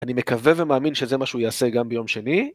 אני מקווה ומאמין שזה מה שהוא יעשה גם ביום שני.